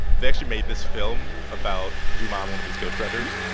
they actually made this film about dumas and one of his ghostwriters